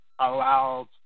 allows